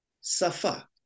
Safa